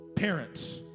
Parents